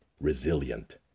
resilient